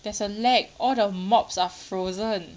there's a lag all the mobs are frozen